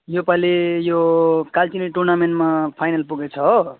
यो पालि यो कालचिनी टुर्नामेन्टमा फाइनल पुगेको छ हो